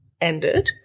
ended